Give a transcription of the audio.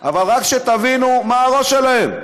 אבל רק שתבינו מה הראש שלהם.